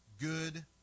good